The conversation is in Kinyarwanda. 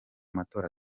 matora